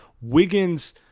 Wiggins